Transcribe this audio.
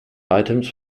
items